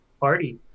party